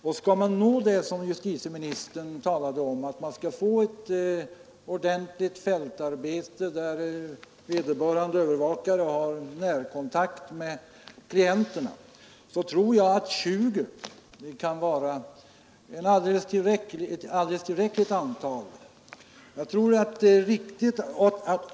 Om man vill nå det mål som justitieministern talade om, nämligen ett ordentligt fältarbete där vederbörande övervakare har närkontakt med klienterna, tror jag att 20 kan vara ett alldeles tillräckligt antal.